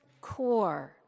core